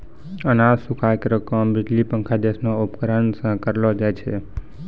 अनाज सुखाय केरो काम बिजली पंखा जैसनो उपकरण सें करलो जाय छै?